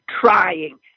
trying